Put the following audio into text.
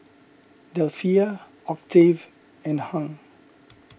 Delphia Octave and Hung